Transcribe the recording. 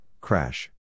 Crash